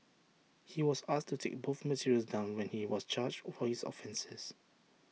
he was asked to take both materials down when he was charged for his offences